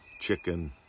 chicken